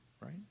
right